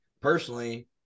personally